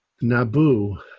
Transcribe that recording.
Nabu